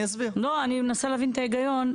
אני מנסה להבין את ההיגיון,